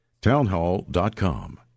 townhall.com